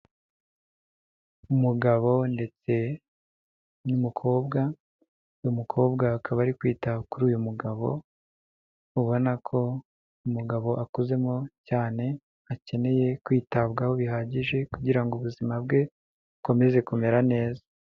Umugabo ndetse n'umukobwa, umukobwa akaba ari kwitaba kuri uyu mugabo, ubona ko umugabo akuzemo cyane akeneye kwitabwaho bihagije, kugira ngo ubuzima bwe bukomeze kumera neza.